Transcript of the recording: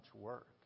work